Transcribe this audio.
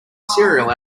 cereal